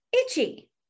itchy